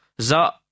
za